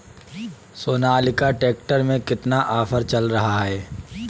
Sonalika tractor में कितना offer चल रहा है?